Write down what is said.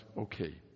okay